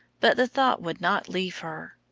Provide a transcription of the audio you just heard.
but the thought would not leave her.